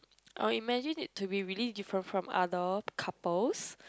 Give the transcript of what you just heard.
I'll imagine it to be really different from other couples